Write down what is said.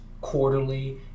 quarterly